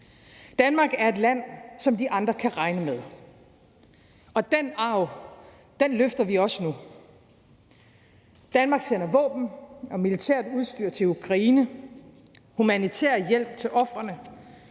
Danmark er et land, som de andre kan regne med, og den arv løfter vi også nu. Danmark sender våben og militært udstyr til Ukraine og humanitær hjælp til ofrene